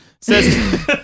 says